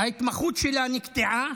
ההתמחות שלה נקטעה,